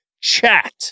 chat